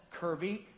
curvy